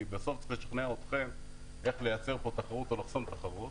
כי בסוף צריך לשכנע אתכם איך לייצר פה תחרות או לחסום תחרות,